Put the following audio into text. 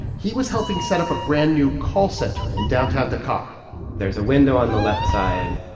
he was helping set up a brand new call center in downtown dakar there's a window on the left side.